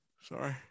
sorry